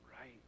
right